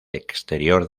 exterior